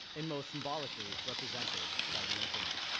and most symbolically represented by the internet.